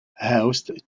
housed